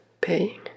paying